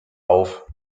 auf